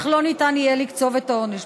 אך לא ניתן יהיה לקצוב את העונש.